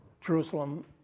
Jerusalem